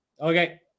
Okay